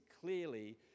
clearly